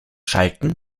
schalten